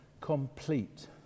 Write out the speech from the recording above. complete